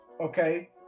okay